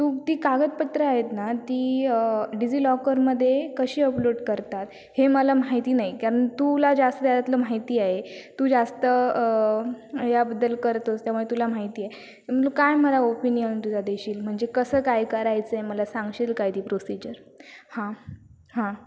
तू ती कागदपत्रं आहेत ना ती डिजीलॉकरमध्ये कशी अपलोड करतात हे मला माहिती नाही कारण तुला जास्त ह्यातलं माहिती आहे तू जास्त ह्याबद्दल करतोस त्यामुळे तुला माहिती आहे मग काय मला ओपिनियन तुझा देशील म्हणजे कसं काय करायचं आहे मला सांगशील काय ती प्रोसिजर हां हां